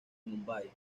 mumbai